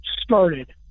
started